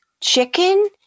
chicken